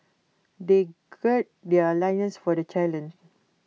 they gird their loins for the challenge